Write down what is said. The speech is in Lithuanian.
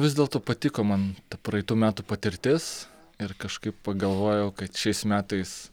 vis dėlto patiko man ta praeitų metų patirtis ir kažkaip pagalvojau kad šiais metais